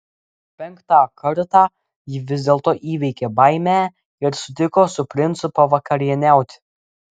penktą kartą ji vis dėlto įveikė baimę ir sutiko su princu pavakarieniauti